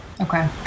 Okay